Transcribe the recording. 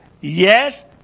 Yes